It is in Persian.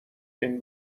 این